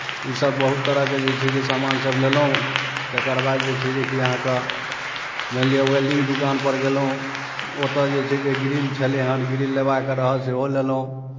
ईसभ बहुत तरहके जे छै जे सामानसभ लेलहुँ तकर बाद जे छै जेकि अहाँकेँ मानि लिअ वेल्डिंग दोकानपर गेलहुँ ओतय जे छै जे ग्रिल छलय हन ग्रिल लेबाक रहल सेहो लेलहुँ